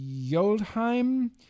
Yoldheim